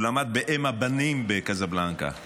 הוא למד ב"אם הבנים" בקזבלנקה,